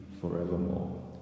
forevermore